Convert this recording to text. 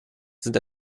sind